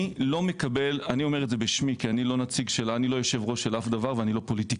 אני אומר את זה בשמי כי אני לא יושב-ראש של אף דבר ואני לא פוליטיקאי,